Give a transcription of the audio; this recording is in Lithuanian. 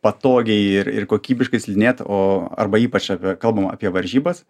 patogiai ir ir kokybiškai slidinėt o arba ypač apie kalbam apie varžybas